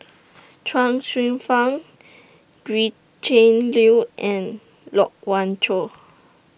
Chuang Hsueh Fang Gretchen Liu and Loke Wan Tho